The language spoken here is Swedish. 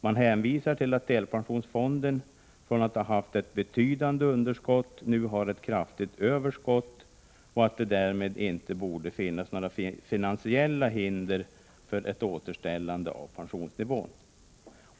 Man hänvisar till att delpensionsfonden från att ha haft ett betydande underskott nu har ett kraftigt överskott och att det därmed inte borde finnas några finansiella hinder för ett återställande av pensionsnivån.